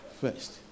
first